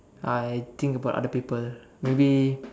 I think about other people maybe